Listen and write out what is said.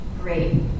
great